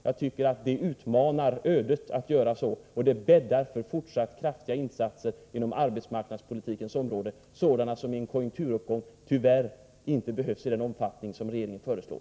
Det är att utmana ödet att göra på det sättet, och det bäddar för fortsatta kraftiga insatser inom arbetsmarknadspolitikens område, sådana som i en konjunkturuppgång tyvärr inte behövs i den omfattning som regeringen föreslår.